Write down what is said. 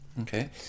Okay